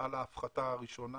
על ההפחתה הראשונה.